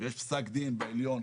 יש פסק דין בעליון,